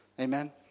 Amen